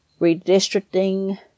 redistricting